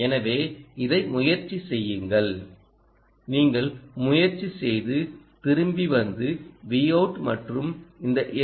எனவே இதை முயற்சி செய்யுங்கள் நீங்கள் முயற்சி செய்து திரும்பி வந்து Vout மற்றும் இந்த எல்